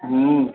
हूँ